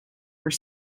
were